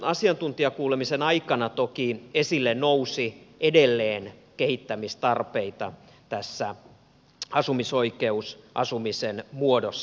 asiantuntijakuulemisen aikana toki nousi esille edelleen kehittämistarpeita asumisoikeusasumisen muodossa